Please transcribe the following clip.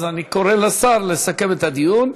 אז אני קורא לשר לסכם את הדיון,